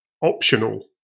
optional